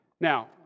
Now